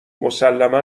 مسلما